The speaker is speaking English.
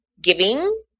giving